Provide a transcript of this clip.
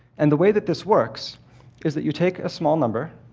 and the way that this works is that you take a small number,